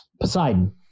Poseidon